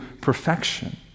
perfection